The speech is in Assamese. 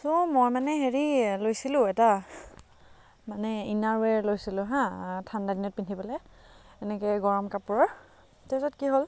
ছ' মই মানে হেৰি লৈছিলোঁ এটা মানে ইনাৰৱেৰ লৈছিলোঁ হাঁ ঠাণ্ডা দিনত পিন্ধিবলৈ এনেকৈ গৰম কাপোৰৰ তাৰপিছত কি হ'ল